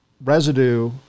residue